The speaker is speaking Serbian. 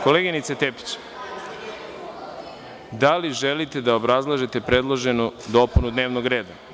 Koleginice Tepić, da li želite da obrazlažete predloženu dopunu dnevnog reda?